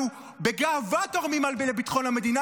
אנחנו בגאווה תורמים לביטחון המדינה,